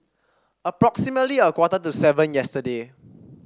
approximately a quarter to seven yesterday